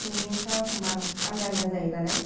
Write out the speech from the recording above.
मिनिंफ्रा एखनबा आलदा आलदा जायो नालाय